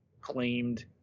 claimed